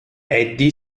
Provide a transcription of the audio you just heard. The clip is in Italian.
eddie